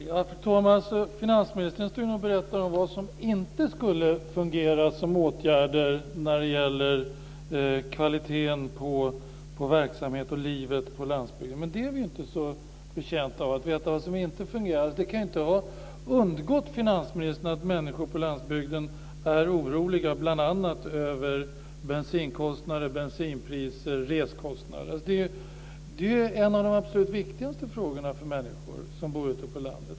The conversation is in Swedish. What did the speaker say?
Fru talman! Finansministern berättar här om vad som inte skulle fungera som åtgärder när det gäller kvaliteten på verksamheter och livet på landsbygden men vi är inte särskilt betjänta av att veta vad som inte fungerar. Det kan väl inte ha undgått finansministern att människor på landsbygden är oroliga bl.a. Detta är ju en av de absolut viktigaste frågorna för människor som bor ute på landet.